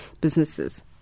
businesses